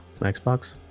Xbox